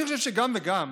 אני חושב שגם וגם,